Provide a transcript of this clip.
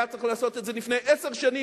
היה צריך לעשות את זה לפני עשר שנים,